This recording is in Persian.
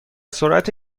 سرعت